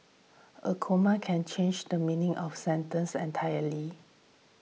a comma can change the meaning of sentence entirely